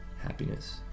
happiness